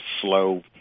slow